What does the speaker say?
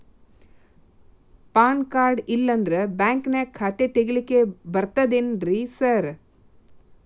PAN card ಇಲ್ಲಂದ್ರ ಬ್ಯಾಂಕಿನ್ಯಾಗ ಖಾತೆ ತೆಗೆಲಿಕ್ಕಿ ಬರ್ತಾದೇನ್ರಿ ಸಾರ್?